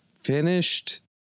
finished